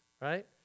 right